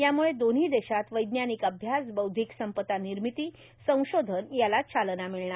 यामुळे दोन्ही देशात वैज्ञानिक अभ्यास बौद्विक संपदा निर्मिती संशोधन याला चालना मिळेल